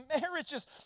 marriages